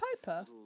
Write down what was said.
Piper